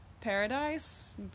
Paradise